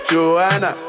Joanna